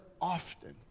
often